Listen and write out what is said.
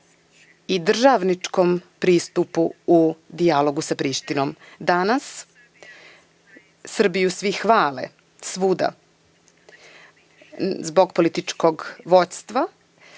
i državničkom pristupu u dijalogu sa Prištinom. Danas Srbiju svi hvale svuda zbog političkog vođstva